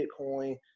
Bitcoin